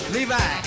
Levi